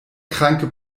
kranke